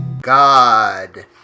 God